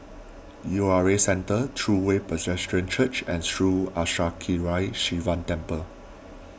U R A Centre True Way Presbyterian Church and Sri Arasakesari Sivan Temple